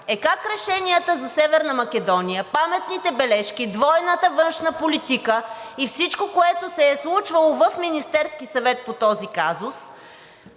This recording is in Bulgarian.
Е как решенията за Северна Македония, паметните бележки, двойната външна политика и всичко, което се е случвало в Министерския съвет по този казус,